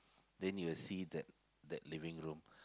then you will see the that living room